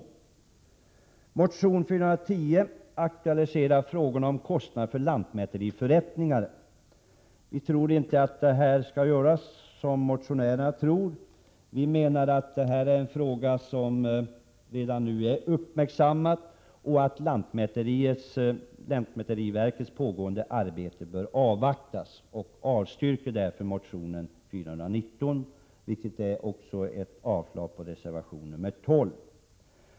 I motion Bo419 aktualiseras frågor om kostnaderna för lantmäteriförrättningar. Utskottsmajoriteten menar att denna fråga redan är uppmärksammad och att lantmäteriverkets pågående arbete bör avvaktas. Utskottet avstyrker därför motion Bo419. Jag yrkar avslag på reservation 12.